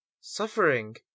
Suffering